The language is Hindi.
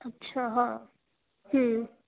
अच्छा हाँ